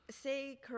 say